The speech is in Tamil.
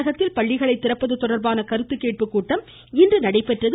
தமிழகத்தில் பள்ளிகளை திறப்பது தொடர்பான கருத்து கேட்பு கூட்டம் இன்று நடைபெற்றது